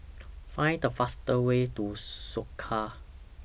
Find The fastest Way to Soka